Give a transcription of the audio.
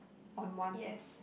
on one task